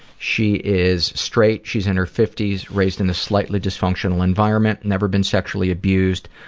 she is straight, she's in her fifty s, raised in a slightly dysfunctional environment, never been sexually abused.